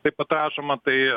taip pat rašomą tai